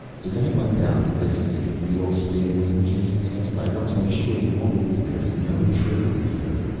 does anyone doubt that this is a real stingwing? jason asked. i want to make sure you all believe there is no trickery here.